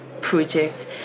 Project